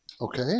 Okay